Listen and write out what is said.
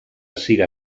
ziga